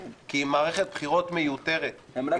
כי היא מערכת בחירות מיותרת -- הם רק צריכים לסמוך עליכם,